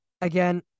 again